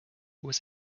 was